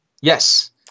Yes